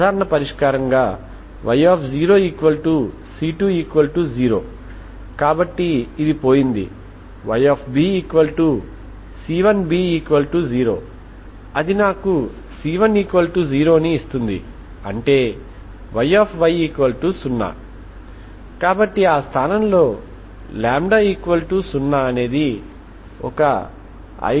కాబట్టి వాస్తవానికి మూలాలను కలిగి ఉన్న కొన్ని శ్రేష్టమైన సమీకరణాలు అంటే ఆ మూలాలు ఐగెన్ విలువలు కాబట్టి మీరు వాటిని స్పష్టంగా కనుగొనలేరు సంఖ్యాపరంగా ఒకదాన్ని కనుగొనవచ్చు కనుక మీరు వాటిని 1 2 3 n గా లేబుల్ చేస్తే అవి సంబంధిత విలువలు కాబట్టి కాస్ లేదా సైన్ పరంగా కొంత సంబంధిత పరిష్కారాలు ఉంటాయి